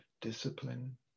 discipline